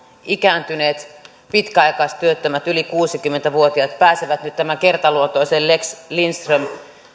ikääntyneet pitkäaikaistyöttömät yli kuusikymmentä vuotiaat pääsevät nyt tämän kertaluontoisen lex lindström